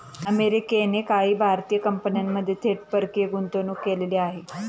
अमेरिकेने काही भारतीय कंपन्यांमध्ये थेट परकीय गुंतवणूक केलेली आहे